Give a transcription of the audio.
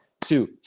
two